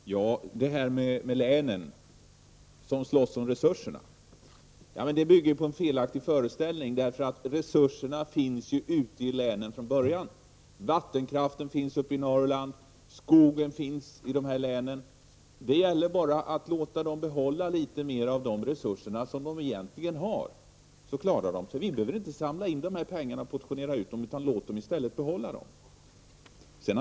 Herr talman! Ulla Pettersson tog upp länen som slåss om resurserna. Det bygger på en felaktig föreställning. Resurserna finns ute i länen från början. Vattenkraften finns uppe i Norrland liksom skogen. Det gäller bara att låta länen behålla litet mera av de resurser som de egentligen har. Då klarar de sig. Vi behöver inte samla in pengarna och portionera ut dem. Låt länen i stället behålla pengarna.